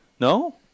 No